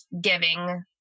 giving